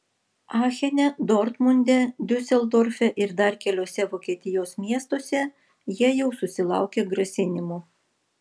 achene dortmunde diuseldorfe ir dar keliuose vokietijos miestuose jie jau susilaukė grasinimų